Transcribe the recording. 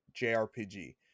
JRPG